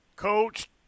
Coach